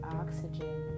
oxygen